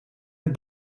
het